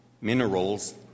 minerals